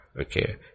Okay